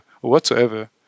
whatsoever